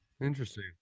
interesting